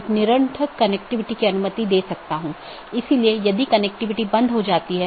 AS के भीतर इसे स्थानीय IGP मार्गों का विज्ञापन करना होता है क्योंकि AS के भीतर यह प्रमुख काम है